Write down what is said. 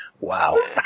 Wow